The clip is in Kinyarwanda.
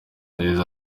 yagize